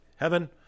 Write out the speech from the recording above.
heaven